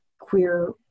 queer